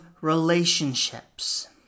relationships